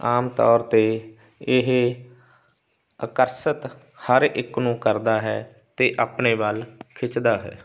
ਆਮ ਤੌਰ 'ਤੇ ਇਹ ਆਕਰਸ਼ਿਤ ਹਰ ਇੱਕ ਨੂੰ ਕਰਦਾ ਹੈ ਅਤੇ ਆਪਣੇ ਵੱਲ ਖਿੱਚਦਾ ਹੈ